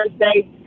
Thursday